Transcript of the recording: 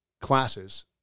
classes